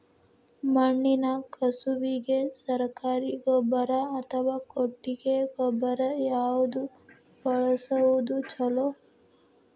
ಮಣ್ಣಿನ ಕಸುವಿಗೆ ಸರಕಾರಿ ಗೊಬ್ಬರ ಅಥವಾ ಕೊಟ್ಟಿಗೆ ಗೊಬ್ಬರ ಯಾವ್ದು ಬಳಸುವುದು ಛಲೋ?